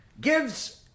gives